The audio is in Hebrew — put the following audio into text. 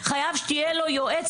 חייב שיהיה לו יועץ,